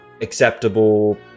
acceptable